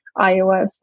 iOS